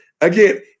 Again